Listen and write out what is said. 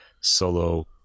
solo